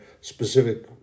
specific